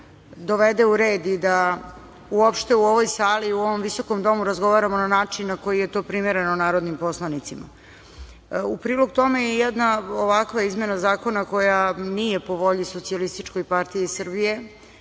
dovede u red, uopšte u ovoj sali i ovom visokom domu razgovaramo na način na koji je to primereno narodnim poslanicima. U prilog tome jedna ovakva izmena zakona koja nije po volji SPS, i ne samo SPS,